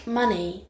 money